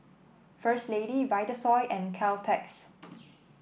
First Lady Vitasoy and Caltex